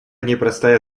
непростая